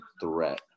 threat